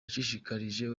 yashishikarije